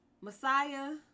Messiah